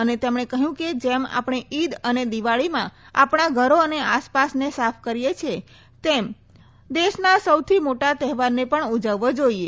અને તેમણે કહ્યું કે જેમ આપછો ઇદ અને દિવાળીમાં આપણા ઘરો અને આસપાસને સાફ કરી છે છે તેમ દેશના સૌથી મોટા તહેવારને ઉજવવો જોઈએ